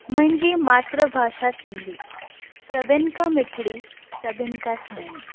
मुंहिंजी मातृ भाषा सिंधी सभिनी खां मिठिड़ी सभिनी खां सुहिड़ी